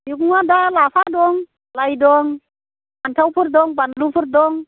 मैगङा दा लाफा दं लाइ दं फान्थावफोर दं बानलुफोर दं